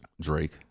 Drake